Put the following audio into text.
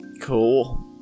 cool